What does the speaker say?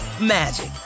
magic